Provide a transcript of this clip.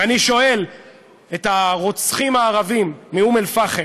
ואני שואל את הרוצחים הערבים מאום אלפחם: